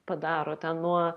padaro ten nuo